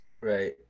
Right